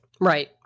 Right